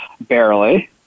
barely